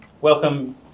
Welcome